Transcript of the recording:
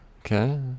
Okay